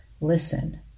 listen